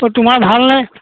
অ' তোমাৰ ভালনে